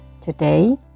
Today